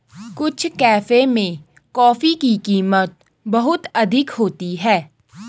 कुछ कैफे में कॉफी की कीमत बहुत अधिक होती है